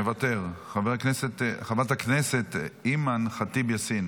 מוותר, חברת הכנסת אימאן ח'טיב יאסין,